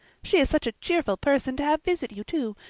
she is such a cheerful person to have visit you, too.